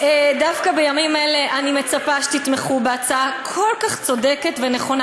דווקא בימים אלה אני מצפה שתתמכו בהצעה כל כך צודקת ונכונה.